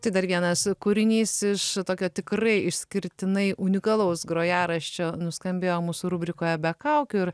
tai dar vienas kūrinys iš tokio tikrai išskirtinai unikalaus grojaraščio nuskambėjo mūsų rubrikoje be kaukių ir